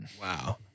Wow